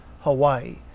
Hawaii